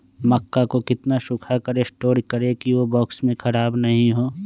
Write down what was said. मक्का को कितना सूखा कर स्टोर करें की ओ बॉक्स में ख़राब नहीं हो?